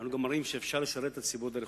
גם דברים שאני תומך בהם לגופם.